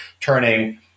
turning